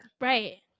Right